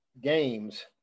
games